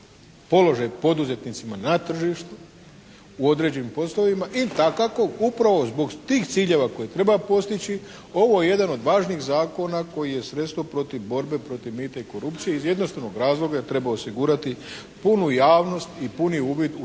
položaj poduzetnicima na tržištu u određenim poslovima i dakako upravo zbog tih ciljeva koje treba postići, ovo je jedan od važnih zakona koji je sredstvo protiv borbe protiv mita i korupcije iz jednostavnog razloga jer treba osigurati puni javnost i puni uvide